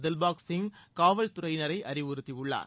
திவ்பக் சிங் காவல்துறையினரை அறிவுறுத்தியுள்ளார்